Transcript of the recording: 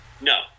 No